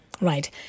right